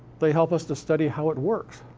they help us to study how it works.